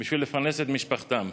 בשביל לפרנס את משפחתם.